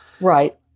Right